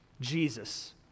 Jesus